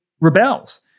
rebels